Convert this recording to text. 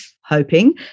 hoping